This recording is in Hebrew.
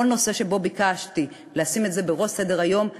בכל נושא שביקשתי לשים את זה בראש סדר-היום,